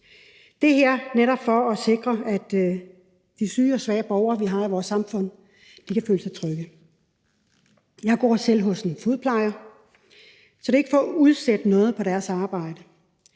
Det her er netop for at sikre, at de syge og svage borgere, som vi har i vores samfund, kan føle sig trygge. Jeg går selv hos en fodplejer, så det er ikke for at udsætte noget på deres arbejde.